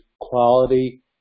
quality